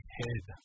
head